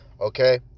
okay